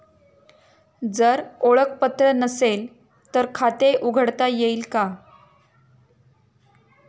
जर ओळखपत्र नसेल तर खाते उघडता येईल का?